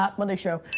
ah monday show.